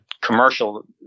commercial